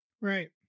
Right